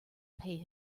pay